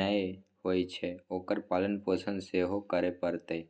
नै होए छै ओकर पालन पोषण सेहो करय पड़तै